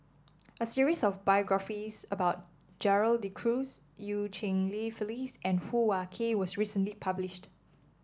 a series of biographies about Gerald De Cruz Eu Cheng Li Phyllis and Hoo Ah Kay was recently published